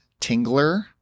Tingler